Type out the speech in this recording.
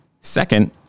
Second